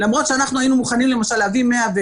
למרות שאנחנו היינו מוכנים למשל להביא 110,